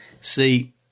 See